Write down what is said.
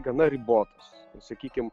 gana ribotos sakykim